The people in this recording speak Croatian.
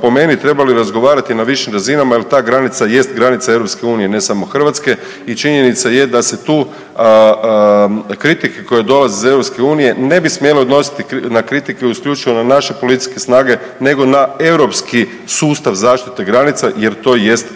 po meni trebali razgovarati na višim razinama jer ta granica jest granica EU ne samo Hrvatske. I činjenica je da se tu kritike koje dolaze iz EU ne bi smjele odnositi na kritike isključivo na naše policijske snage nego na europski sustav zaštite granica jer to jest europska